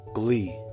glee